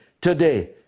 today